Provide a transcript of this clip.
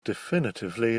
definitively